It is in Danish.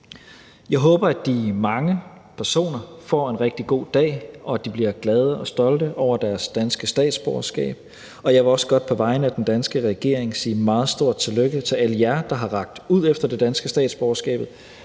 Jeg håber, at de mange personer får en rigtig god dag, og at de bliver glade og stolte over deres danske statsborgerskab. Jeg vil også godt på vegne af den danske regering sige meget stort tillykke til alle jer, der har rakt ud efter det danske statsborgerskab